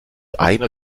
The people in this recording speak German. einer